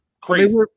Crazy